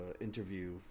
interview